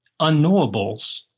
unknowables